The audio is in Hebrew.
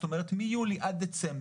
זאת אומרת מיולי עד דצמבר,